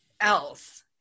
else